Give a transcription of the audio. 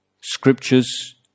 scriptures